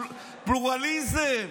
הפלורליזם.